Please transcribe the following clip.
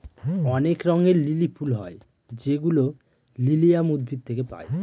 অনেক রঙের লিলি ফুল হয় যেগুলো লিলিয়াম উদ্ভিদ থেকে পায়